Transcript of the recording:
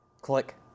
Click